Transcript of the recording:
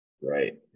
Right